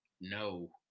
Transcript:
No